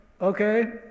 okay